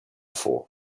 for